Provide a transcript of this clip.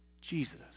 Jesus